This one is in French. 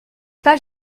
pas